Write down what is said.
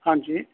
ਹਾਂਜੀ